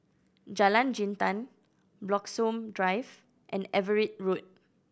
Jalan Jintan Bloxhome Drive and Everitt Road